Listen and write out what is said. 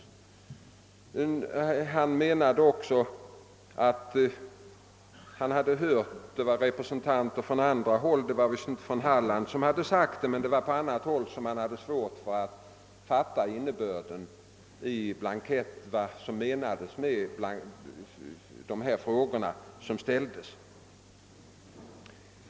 Herr Andersson berättade också att han hört av representanter för något annat län än hans eget att dessa hade svårt att förstå vad som menades med de frågor som ställts.